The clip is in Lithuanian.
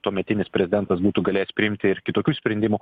tuometinis prezidentas būtų galėjęs priimti ir kitokių sprendimų